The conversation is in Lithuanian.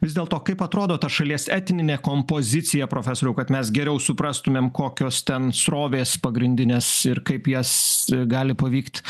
vis dėlto kaip atrodo ta šalies etninė kompozicija profesoriau kad mes geriau suprastumėm kokios ten srovės pagrindinės ir kaip jas gali pavykt